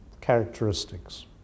characteristics